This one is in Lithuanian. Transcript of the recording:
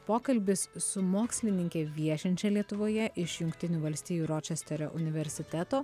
pokalbis su mokslininke viešinčia lietuvoje iš jungtinių valstijų ročesterio universiteto